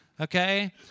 Okay